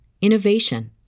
innovation